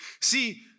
See